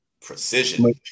precision